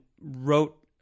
wrote